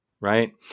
right